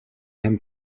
him